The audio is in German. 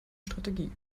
strategie